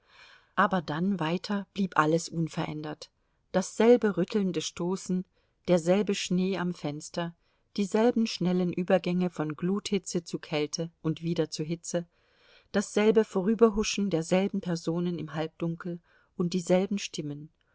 aber dann weiter blieb alles unverändert dasselbe rüttelnde stoßen derselbe schnee am fenster dieselben schnellen übergänge von gluthitze zu kälte und wieder zu hitze dasselbe vorüberhuschen derselben personen im halbdunkel und dieselben stimmen